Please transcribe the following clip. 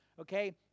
okay